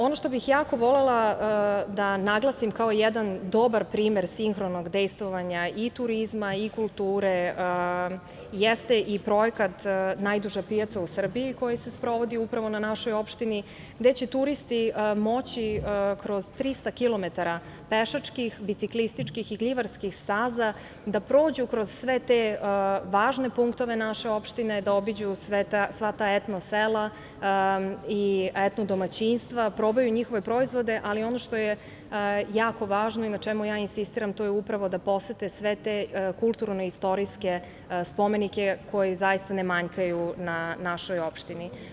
Ono što bih jako volela da naglasim kao jedan dobar primer sinhronog dejstvovanja i turizma i kulture jest i projekat „Najduža pijaca u Srbiji“ koji se sprovodi upravo na našoj opštini, gde će turisti moći kroz 300 km pešačkih, biciklističkih i klivarskih staza da prođu kroz sve te važne punktove naše opštine, da obiđu sva ta etno sela i etno domaćinstva, da probaju njihove proizvode, ali ono što je jako važno i na čemu insistiram, to je upravo da posete sve te kulturno istorijske spomenike koji ne manjkaju na našoj opštini.